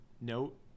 note